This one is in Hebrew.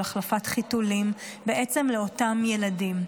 להחלפת חיתולים לאותם ילדים.